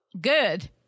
Good